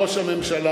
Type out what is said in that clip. ראש הממשלה,